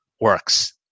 works